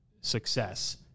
success